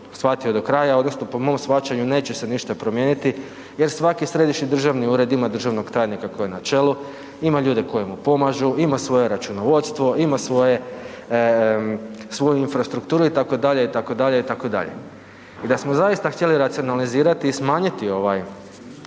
shvatio do kraja odnosno po mom shvaćanju neće se ništa promijeniti, jer svaki središnji državni ured ima državnog tajnika koji je čelu, ima ljude koji mu pomažu, ima svoje računovodstvo, ima svoju infrastrukturu itd., itd., itd. I da smo zaista htjeli racionalizirati i smanjiti